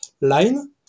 line